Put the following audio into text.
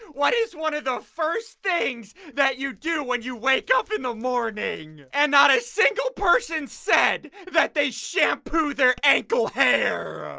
what is one of the first things that you do when you wake up in the morning and not a single person said that they shampoo their ankle hair.